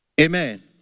Amen